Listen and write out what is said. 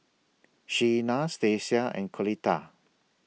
Shenna Stacia and Coletta